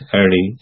early